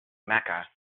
mecca